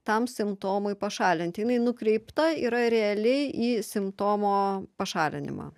tam simptomui pašalinti jinai nukreipta yra realiai į simptomo pašalinimą